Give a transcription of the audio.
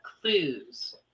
clues